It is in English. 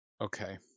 okay